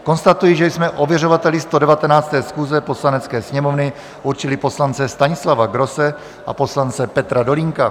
Konstatuji, že jsme ověřovateli 119. schůze Poslanecké sněmovny určili poslance Stanislava Grosse a poslance Petra Dolínka.